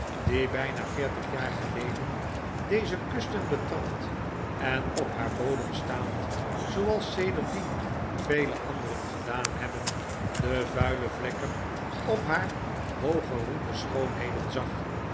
die bijna veertig jaar geleden deze kusten betrad en op haar bodem staand zooals sedertdien vele anderen gedaan hebben de vuile vlekken op haar hooggeroemde schoonheden zag